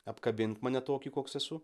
apkabint mane tokį koks esu